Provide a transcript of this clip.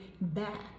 back